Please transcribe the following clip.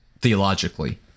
theologically